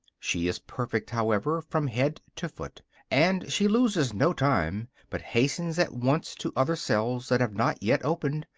she is perfect, however, from head to foot and she loses no time, but hastens at once to other cells that have not yet opened,